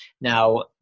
Now